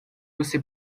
você